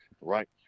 right